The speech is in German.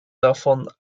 davon